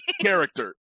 character